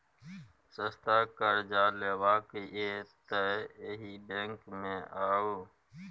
सस्ता करजा लेबाक यै तए एहि बैंक मे आउ